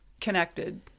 connected